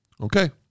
okay